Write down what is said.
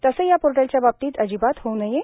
तसं या पोर्टलच्या बाबतीत अजिबात होऊ नये